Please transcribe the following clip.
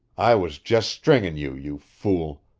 i was just stringin' you, you fool!